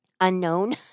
unknown